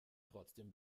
trotzdem